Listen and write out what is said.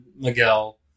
Miguel